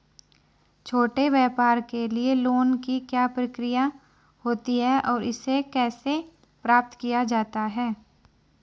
छोटे व्यापार के लिए लोंन की क्या प्रक्रिया होती है और इसे कैसे प्राप्त किया जाता है?